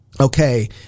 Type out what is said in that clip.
okay